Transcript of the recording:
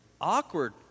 awkward